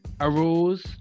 arose